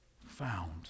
found